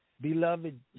beloved